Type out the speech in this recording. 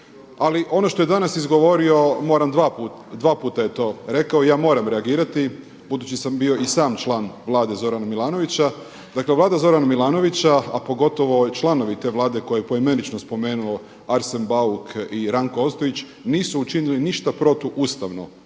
Ali ono što je danas izgovorio moram dva puta je to rekao i ja moram reagirati, budući sam bio i sam član vlade Zorana Milanovića dakle vlada Zorana Milanovića, a pogotovo članovi te vlade koju je poimenično spomenuo Arsen Bauk i Ranko Ostojić nisu učinili ništa protuustavno